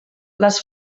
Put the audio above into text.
les